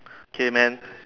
okay man